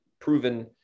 proven